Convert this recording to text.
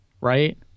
Right